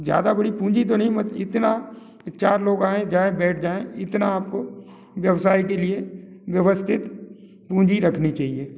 ज़्यादा बड़ी पूजी तो नहीं मत इतना चार लोग आए गए बैठ जाएँ इतना आप को व्यवसाय के लिए व्यवस्थित पूंजी रखनी चहिए